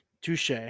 Touche